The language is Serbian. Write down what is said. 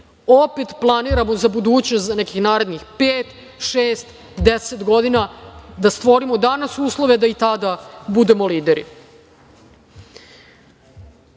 Opet planiramo za budućnost, na nekih narednih pet, šest, 10 godina, da stvorimo danas uslove da i tada budemo